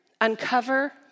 Uncover